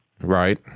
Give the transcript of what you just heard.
Right